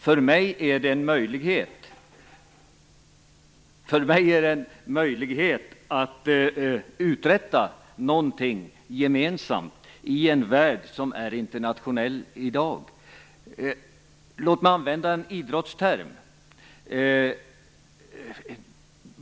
För mig är det en möjlighet att uträtta någonting gemensamt i en värld som i dag är internationell. Låt mig använda en idrottsterm.